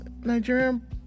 Nigerian